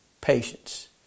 patience